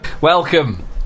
Welcome